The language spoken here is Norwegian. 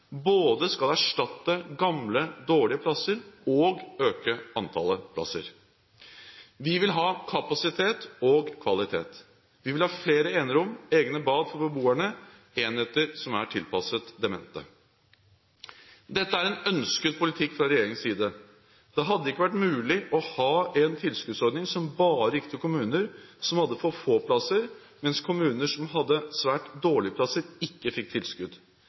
skal både erstatte gamle, dårlige plasser og øke antallet plasser. Vi vil ha kapasitet og kvalitet. Vi vil ha flere enerom, egne bad for beboerne og enheter som er tilpasset demente. Dette er en ønsket politikk fra regjeringens side. Det hadde ikke vært mulig å ha en tilskuddsordning som bare gikk til kommuner som hadde for få plasser, mens kommuner som hadde svært dårlige plasser, ikke fikk tilskudd.